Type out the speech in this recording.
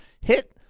Hit